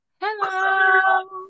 Hello